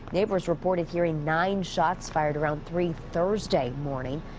neighbors reported hearing nine shots fired around three thursday morning.